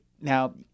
now